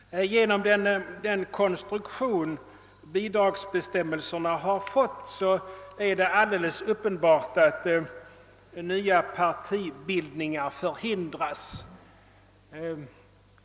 Genom den. konstruktion bidragsbestämmelserna fått är det alldeles uppenbart att nya partibildningar. förhindras.